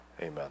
Amen